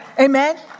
Amen